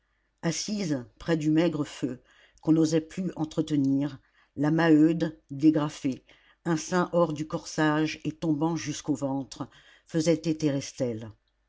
assise près du maigre feu qu'on n'osait plus entretenir la maheude dégrafée un sein hors du corsage et tombant jusqu'au ventre faisait téter